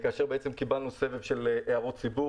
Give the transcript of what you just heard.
כאשר קיבלנו סבב הערות ציבור.